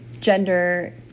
gender